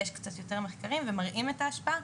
יש קצת יותר מחקרים ומראים את ההשפעה,